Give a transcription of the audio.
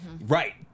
Right